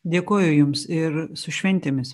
dėkoju jums ir su šventėmis